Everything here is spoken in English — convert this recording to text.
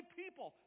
people